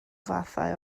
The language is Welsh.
fathau